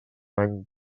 any